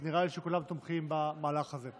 אז נראה לי שכולם תומכים במהלך הזה.